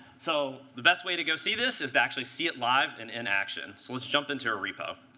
so the best way to go see this is to actually see it live and in action. so let's jump into a repo.